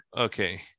Okay